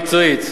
הכשרה מקצועית,